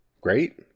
great